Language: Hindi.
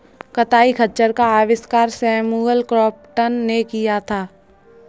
कताई खच्चर का आविष्कार सैमुअल क्रॉम्पटन ने किया था